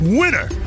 winner